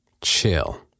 Chill